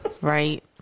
right